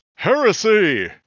heresy